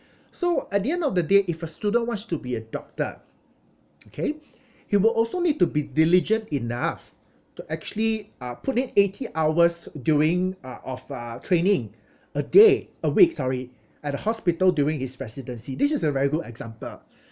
so at the end of the day if a student wants to be a doctor okay he will also need to be diligent enough to actually uh put in eighty hours during uh of uh training a day a week sorry at the hospital during his residency this is a very good example